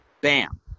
Bam